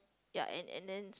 ya and and then